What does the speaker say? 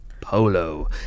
Polo